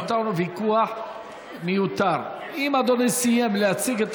אתה תאמר את הדברים כשתעלה לפה.